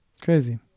crazy